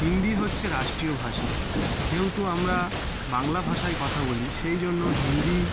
হিন্দি হচ্ছে রাষ্ট্রীয় ভাষা যেহেতু আমরা বাংলা ভাষায় কথা বলি সেই জন্য হিন্দি